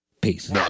Peace